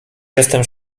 jestem